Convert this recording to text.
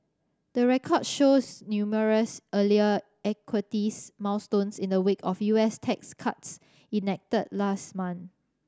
the record shows numerous earlier equities milestones in the wake of U S tax cuts enacted last month